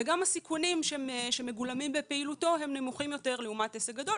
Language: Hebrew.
וגם הסיכונים שמגולמים בפעילותו הם נמוכים יותר לעומת עסק גדול.